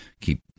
Keep